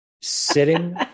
sitting